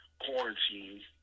quarantine